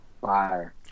Fire